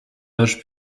âge